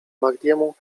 mahdiemu